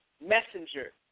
messenger